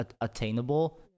attainable